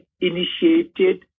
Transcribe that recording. initiated